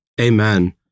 Amen